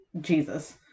Jesus